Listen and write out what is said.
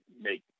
make